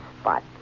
spot